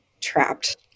trapped